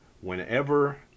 whenever